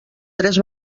tres